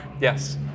Yes